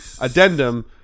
Addendum